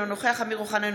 אינו נוכח אמיר אוחנה,